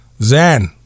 Zan